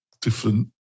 different